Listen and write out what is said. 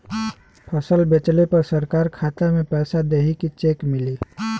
फसल बेंचले पर सरकार खाता में पैसा देही की चेक मिली?